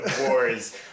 wars